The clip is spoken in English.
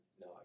No